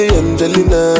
angelina